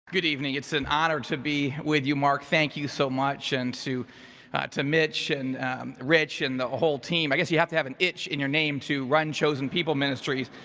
good evening. it's an honor to be with you, mark. thank you so much. and to to mitch and rich and the whole team, i guess you have to have an itch in your name to run chosen people ministries.